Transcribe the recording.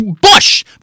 Bush